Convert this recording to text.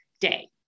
day